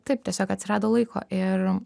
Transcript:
taip tiesiog atsirado laiko ir